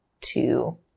two